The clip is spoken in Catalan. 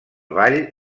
ball